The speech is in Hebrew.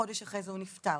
חודש אחרי זה הוא נפטר.